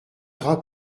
gras